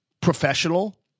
professional